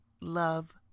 love